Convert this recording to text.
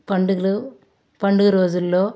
పండుగలు పండుగ రోజుల్లో